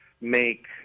make